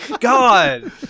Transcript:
God